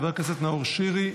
חבר הכנסת נאור שירי,